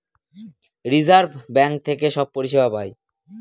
reserve bank থেকে সব পরিষেবা পায়